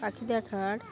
পাখি দেখার